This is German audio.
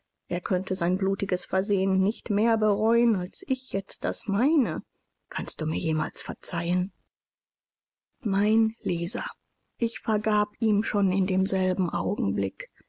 er könnte sein blutiges versehen nicht mehr bereuen als ich jetzt das meine kannst du mir jemals verzeihen mein leser ich vergab ihm schon in demselben augenblick